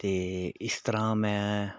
ਅਤੇ ਇਸ ਤਰ੍ਹਾਂ ਮੈਂ